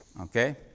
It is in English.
Okay